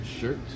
shirt